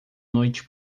noite